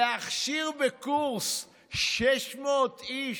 להכשיר בקורס 600 איש?